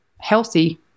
healthy